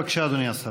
בבקשה, אדוני השר.